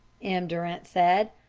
m. durant said.